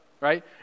right